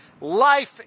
Life